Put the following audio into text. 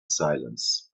silence